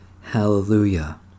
Hallelujah